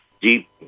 deep